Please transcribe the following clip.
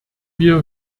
wir